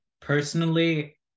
personally